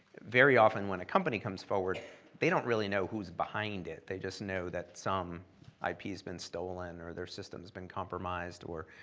very often when a company comes forward they don't really know whose behind it. they just know that some ip has been stolen, or their systems been compromised, or